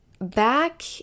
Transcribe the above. back